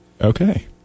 Okay